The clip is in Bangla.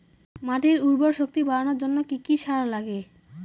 মাটির উর্বর শক্তি বাড়ানোর জন্য কি কি সার লাগে?